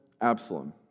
Absalom